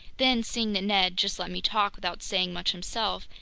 then, seeing that ned just let me talk without saying much himself,